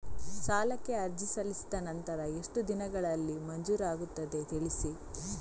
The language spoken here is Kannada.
ಸಾಲಕ್ಕೆ ಅರ್ಜಿ ಸಲ್ಲಿಸಿದ ನಂತರ ಎಷ್ಟು ದಿನಗಳಲ್ಲಿ ಮಂಜೂರಾಗುತ್ತದೆ ತಿಳಿಸಿ?